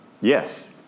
Yes